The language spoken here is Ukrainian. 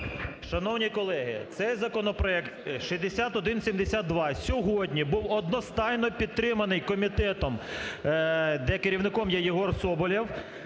Шановні колеги, цей законопроект 6172 сьогодні був одностайно підтриманий комітетом, де керівником є Єгор Соболєв,